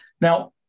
now-